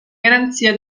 garanzia